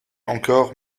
encore